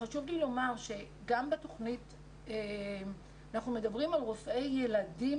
חשוב לי לומר שגם בתוכנית אנחנו מדברים על רופאי ילדים,